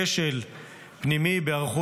חיסכון במשאבים ושיפור תנאי גידול,